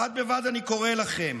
בד בבד אני קורא לכם: